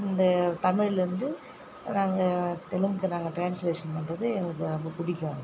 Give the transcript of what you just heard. இந்த தமிழ்லேந்து நாங்கள் தெலுங்குக்கு நாங்கள் ட்ரான்ஸ்லேஷன் பண்ணும் போது எங்களுக்கு அப்போ பிடிக்கும்